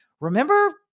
Remember